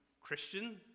Christian